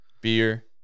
Beer